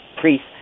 priests